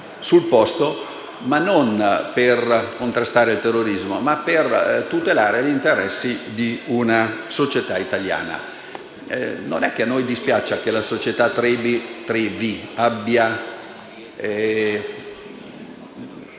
sul posto, e non per contrastare il terrorismo, ma per tutelare gli interessi di una società italiana. A noi non dispiace che la società Trevi abbia